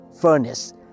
furnace